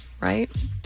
right